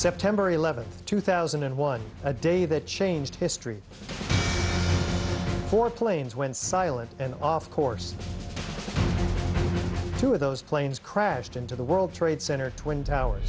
september eleventh two thousand and one a day that changed history four planes went silent and off course two of those planes crashed into the world trade center twin towers